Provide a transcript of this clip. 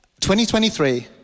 2023